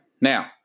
now